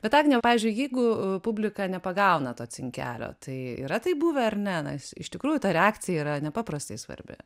bet agne o pavyzdžiui jeigu publika nepagauna to cinkelio tai yra taip buvę ar ne nes iš tikrųjų ta reakcija yra nepaprastai svarbi